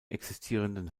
existierenden